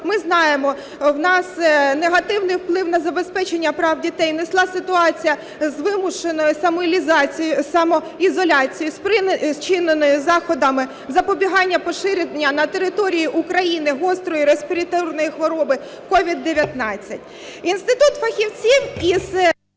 ми знаємо в нас негативний вплив на забезпечення прав дітей внесла ситуація з вимушеною самоізоляцією, спричиненою заходами запобігання поширення на території України гострої респіраторної хвороби COVID-19.